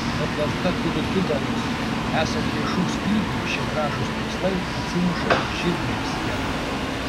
bet lazda turi du galus esant lėšų stygiui šie gražūs tikslai atsimuša lyg žirniai į sieną